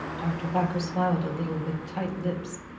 dr. whacker smiled a little with tight lips.